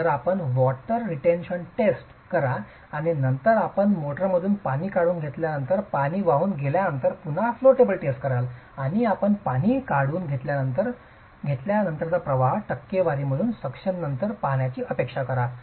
तर आपण water retention test करा आणि नंतर आपण मोर्टारमधून पाणी काढून घेतल्यानंतर पाणी वाहून घेतल्यानंतर पुन्हा फ्लो टेबल टेस्ट कराल आणि आपण पाणी काढून घेतल्यानंतरचा प्रवाह टक्केवारी म्हणून सक्शननंतर वाहण्याची अपेक्षा कराल